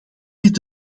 dit